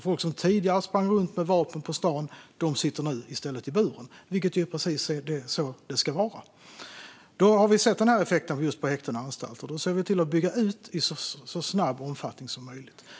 Folk som tidigare sprang runt med vapen på stan sitter nu i stället i buren, vilket är precis så det ska vara. Vi har nu sett den här effekten på just häkten och anstalter och ser då till att bygga ut så snabbt och i så stor omfattning som möjligt.